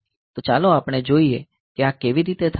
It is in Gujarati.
તો ચાલો આપણે જોઈએ કે આ કેવી રીતે થાય છે